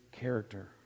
character